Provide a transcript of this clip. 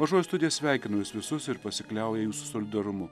mažoji studija sveikina jus visus ir pasikliauja jūsų solidarumu